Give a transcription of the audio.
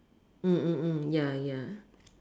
mm mm mm ya ya